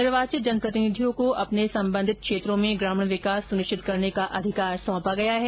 निर्वाचित जनप्रतिनिधियों को अपने संबंधित क्षेत्रों में ग्रामीण विकास सुनिश्चित करने का अधिकार सौंपा गया है